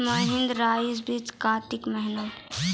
महिंद्रा रईसा बीज कार्तिक महीना?